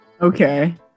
Okay